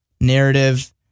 narrative